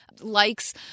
Likes